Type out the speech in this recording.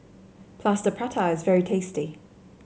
Plaster Prata is very tasty